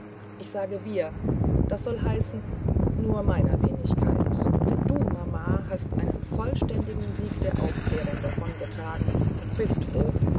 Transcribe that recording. ich sage wir das soll heißen nur meiner wenigkeit denn du mama hast einen vollständigen sieg der aufklärung davongetragen und bist froh